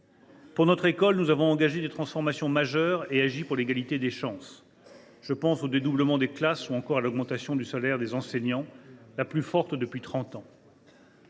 Pour notre école, nous avons engagé des transformations majeures et agi pour l’égalité des chances. Je pense au dédoublement des classes ou encore à l’augmentation du salaire des enseignants, la plus forte depuis trente